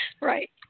Right